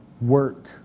work